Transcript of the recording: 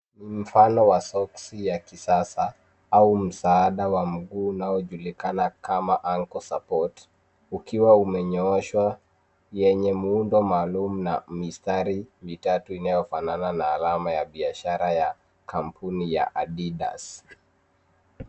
Mfano wa soksi ya kisasa, au msaada wa mguu unaojulikana kama ankle support , ukiwa umenyooshwa yenye muundo maalumu na mistari mitatu inayofanana na alama ya biashara ya kampuni ya Adidas .